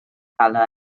color